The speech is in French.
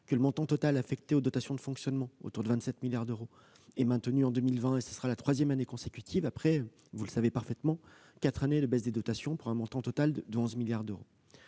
que le montant total affecté aux dotations de fonctionnement, autour de 27 milliards d'euros, est maintenu en 2020 pour la troisième année consécutive après, vous le savez, quatre années de baisse des dotations pour un montant total de 11 milliards d'euros.